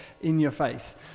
in-your-face